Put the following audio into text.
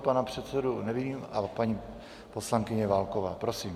Pana předsedu nevidím, ale paní poslankyně Válková, prosím.